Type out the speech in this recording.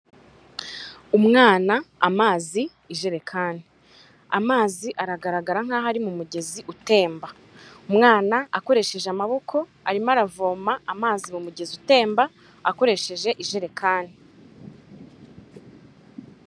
Umwana, amazi, ijerekani. Amazi aragaragara nk'aho ari mu mugezi utemba. Umwana akoresheje amaboko arimo aravoma amazi mu mugezi utemba akoresheje ijerekani.